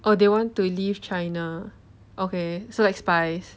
or they want to leave china okay so like spies